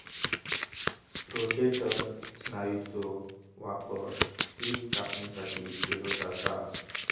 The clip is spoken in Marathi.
रोटेटर स्नायूचो वापर पिक कापणीसाठी केलो जाता